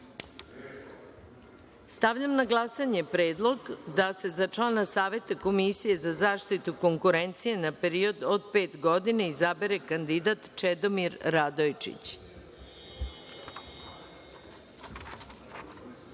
odluke. Stavljam na glasanje Predlog da se za člana Saveta komisije za zaštitu konkurencije, na period od pet godina, izabere kandidat Čedomir